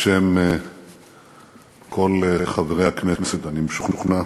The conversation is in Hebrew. בשם כל חברי הכנסת, אני משוכנע,